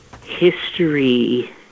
history